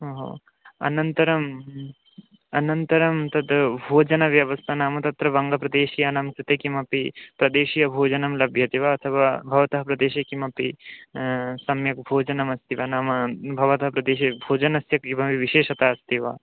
ओ हो अनन्तरं ह्म् अनन्तरं तद् भोजनव्यवस्था नाम तत्र वङ्गप्रदेशीयानां कृते किमपि प्रदेशीय भोजनं लभ्यते वा अथवा भवतः प्रदेशे किमपि सम्यक् भोजनम् अस्ति वा नाम भवत प्रदेशे भोजनस्य किमपि विशेषता अस्ति वा